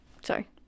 Sorry